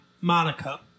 Monica